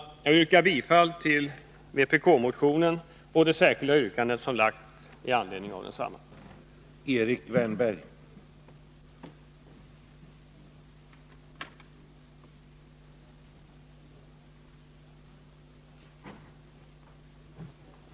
Jag yrkar bifall till vpk-motionen och det särskilda yrkande som lagts fram med anledning av motionen och som har följande lydelse: Denna lag träder i kraft den 1 januari 1983 och tillämpas första gången vid 1984 års taxering.”